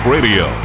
Radio